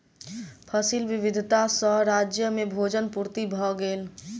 फसिल विविधता सॅ राज्य में भोजन पूर्ति भ गेल